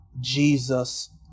Jesus